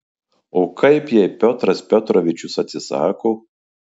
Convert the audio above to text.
o kaip jei piotras petrovičius atsisako